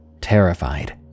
Terrified